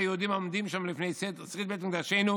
היהודים העומדים שם לפני שריד בית מקדשנו,